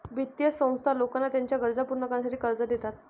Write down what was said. वित्तीय संस्था लोकांना त्यांच्या गरजा पूर्ण करण्यासाठी कर्ज देतात